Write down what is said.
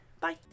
bye